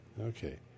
Okay